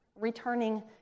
returning